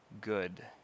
good